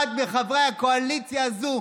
אחד מחברי הקואליציה הזו,